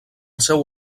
seu